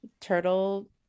turtle